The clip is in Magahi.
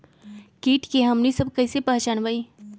किट के हमनी सब कईसे पहचान बई?